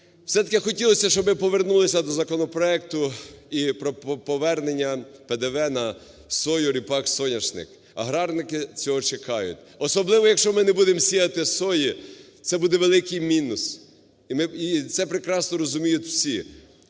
Все-таки хотілося б, щоб ми повернулися до законопроекту і повернення ПДВ на сою, ріпак, соняшник, аграрники цього чекають. Особливо, якщо ми не будемо сіяти сої, це буде великий мінус, і це прекрасно розуміють всі.